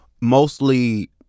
mostly